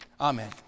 Amen